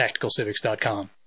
tacticalcivics.com